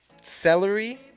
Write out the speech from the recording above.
celery